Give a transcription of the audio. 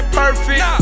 perfect